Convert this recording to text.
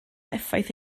effaith